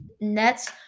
Nets